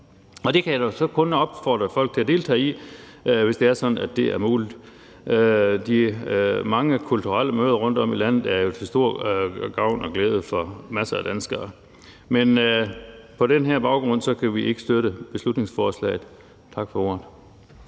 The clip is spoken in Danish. og det kan jeg da kun opfordre folk til at deltage i, hvis det er muligt. De mange kulturelle møder rundtom i landet er til stor gavn og glæde for masser af danskere. Men på den her baggrund kan vi ikke støtte beslutningsforslaget. Tak for ordet.